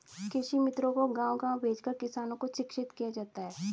कृषि मित्रों को गाँव गाँव भेजकर किसानों को शिक्षित किया जाता है